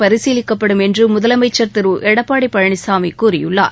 பரிசீலிக்கப்படும் என்று முதலமைச்சர்திரு எடப்பாடி பழனிசாமி கூறியுள்ளார்